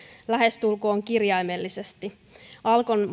lähestulkoon kirjaimellisesti alkon